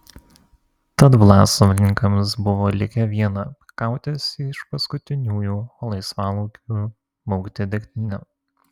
tad vlasovininkams buvo likę viena kautis iš paskutiniųjų o laisvalaikiu maukti degtinę